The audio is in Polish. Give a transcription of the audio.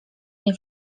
nie